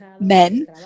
men